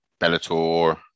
Bellator